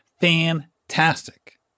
fantastic